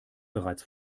bereits